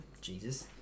Jesus